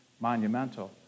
monumental